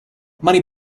money